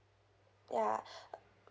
ya